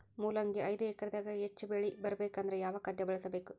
ಮೊಲಂಗಿ ಐದು ಎಕರೆ ದಾಗ ಹೆಚ್ಚ ಬೆಳಿ ಬರಬೇಕು ಅಂದರ ಯಾವ ಖಾದ್ಯ ಬಳಸಬೇಕು?